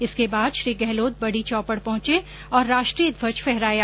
इसके बाद श्री गहलोत बड़ी चौपड़ पहुंचे और राष्ट्रीय ध्वज फहराया